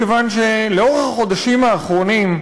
מכיוון שלאורך החודשים האחרונים,